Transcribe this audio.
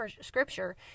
scripture